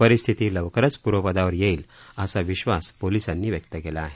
परिस्थिती लवकरच पूर्वपदावर येईल असा विश्वास पोलिसांनी व्यक्त केला आहे